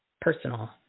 personal